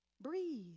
Breathe